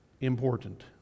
important